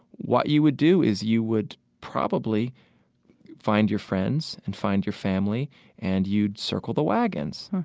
what you would do is you would probably find your friends and find your family and you'd circle the wagons